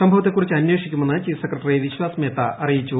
സംഭവത്തെക്കുറിച്ച് അന്വേഷിക്കുമെന്ന് chief secretary Vishwas Mehta അറിയിച്ചു